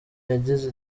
yagize